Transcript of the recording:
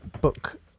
book